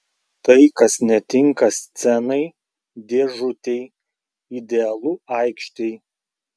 tai kas netinka scenai dėžutei idealu aikštei